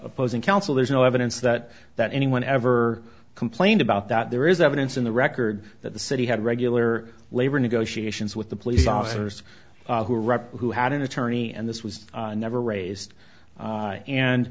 opposing counsel there's no evidence that that anyone ever complained about that there is evidence in the record that the city had regular labor negotiations with the police officers who rep who had an attorney and this was never raised